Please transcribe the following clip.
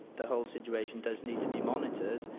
the whole situation does need to be monitored,